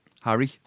Harry